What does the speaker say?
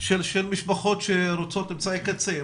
של משפחות שרוצות אמצעי קצה.